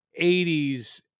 80s